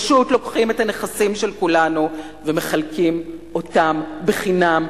פשוט לוקחים את הנכסים של כולנו ומחלקים אותם בחינם.